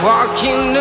Walking